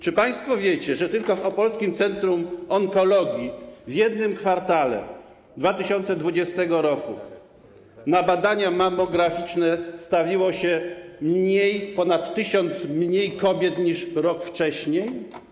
Czy państwo wiecie, że tylko w Opolskim Centrum Onkologii w jednym kwartale 2020 r. na badania mammograficzne stawiło się ponad tysiąc kobiet mniej niż rok wcześniej?